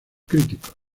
críticos